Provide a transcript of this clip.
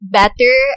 better